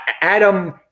Adam